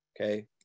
Okay